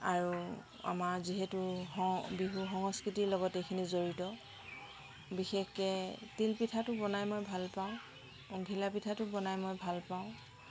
আৰু আমাৰ যিহেতু সম বিহু সংস্কৃতিৰ লগত এইখিনি জড়িত বিশেষকৈ তিলপিঠাটো বনাই মই ভাল পাওঁ ঘিলাপিঠাটো বনাই মই ভাল পাওঁ